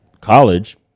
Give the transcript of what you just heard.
college